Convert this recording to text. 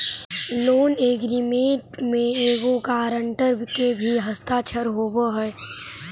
loan agreement में एगो guarantor के भी हस्ताक्षर होवऽ हई